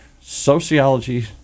sociology